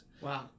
Wow